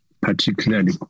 particularly